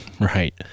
right